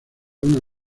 una